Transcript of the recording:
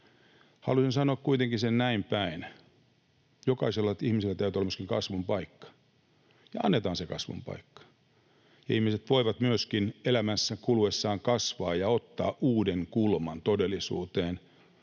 Haluaisin sanoa kuitenkin sen näinpäin, että jokaisella ihmisellä täytyy olla myöskin kasvun paikka, ja annetaan se kasvun paikka. Ihmiset voivat myöskin elämänsä kuluessa kasvaa ja ottaa uuden kulman todellisuuteen